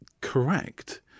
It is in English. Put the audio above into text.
correct